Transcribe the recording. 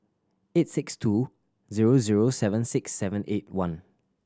eight six two zero zero seven six seven eight one